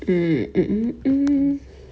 I assume ya